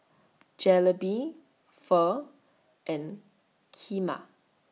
Jalebi Pho and Kheema